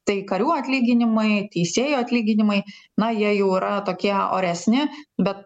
tai karių atlyginimai teisėjų atlyginimai na jie jau yra tokie oresni bet